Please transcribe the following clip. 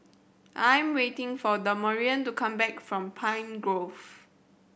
I am waiting for Damarion to come back from Pine Grove